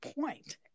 point